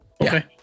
okay